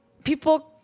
People